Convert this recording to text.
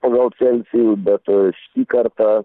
pagal celsijų bet šį kartą